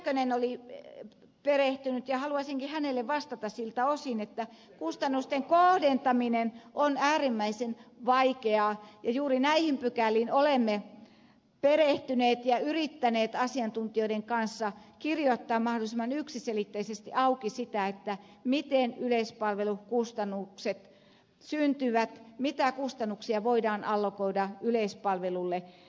kähkönen oli perehtynyt ja haluaisinkin hänelle vastata siltä osin että kustannusten kohdentaminen on äärimmäisen vaikeaa ja juuri näihin pykäliin olemme perehtyneet ja yrittäneet asiantuntijoiden kanssa kirjoittaa mahdollisimman yksiselitteisesti auki sitä miten yleispalvelun kustannukset syntyvät mitä kustannuksia voidaan allokoida yleispalvelulle